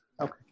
Okay